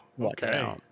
Okay